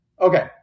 Okay